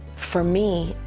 for me,